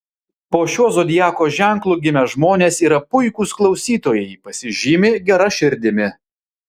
po šiuo zodiako ženklu gimę žmonės yra puikūs klausytojai pasižymi gera širdimi